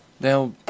Now